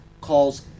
calls